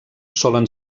solen